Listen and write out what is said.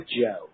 Joe